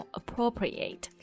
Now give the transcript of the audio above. appropriate